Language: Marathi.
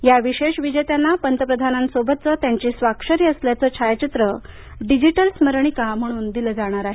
या विशेष विजेत्यांना पंतप्रधानांसोबतचं त्यांची स्वाक्षरी असलेलं छायाचित्र डिजिटल स्मरणिका म्हणून दिलं जाणार आहे